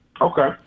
Okay